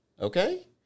okay